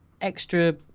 extra